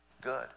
good